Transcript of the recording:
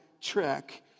trek